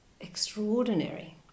extraordinary